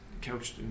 couched